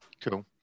Cool